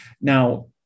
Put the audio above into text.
Now